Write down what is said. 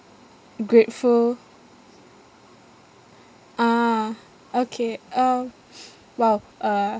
grateful ah okay uh !wow! uh